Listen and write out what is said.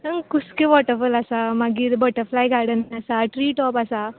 कुस्कें वोटरफोल आसा मागीर बटरफ्लाय गार्डन आसा ट्री टोप आसा